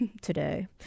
today